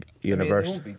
universe